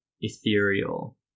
ethereal